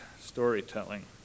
storytelling